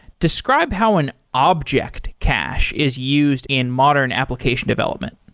describe how an object cache is used in modern application development.